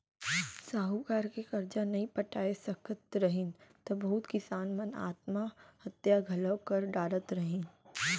साहूकार के करजा नइ पटाय सकत रहिन त बहुत किसान मन आत्म हत्या घलौ कर डारत रहिन